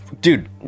dude